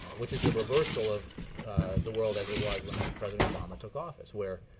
which is the reversal of the world as it was when president obama took office, where